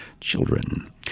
children